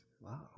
Wow